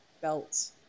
belt